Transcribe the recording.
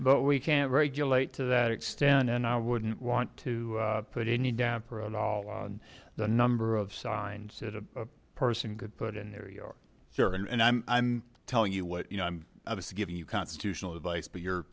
but we can't regulate to that extent and i wouldn't want to put any damper on all on the number of signs that a person could put in their yard here and i'm i'm telling you what you know i'm just giving you constitutional advice but you're